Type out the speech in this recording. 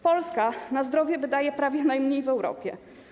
Polska na zdrowie wydaje prawie najmniej w Europie.